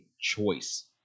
choice